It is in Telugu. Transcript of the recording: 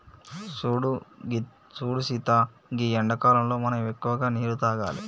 సూడు సీత గీ ఎండాకాలంలో మనం ఎక్కువగా నీరును తాగాలి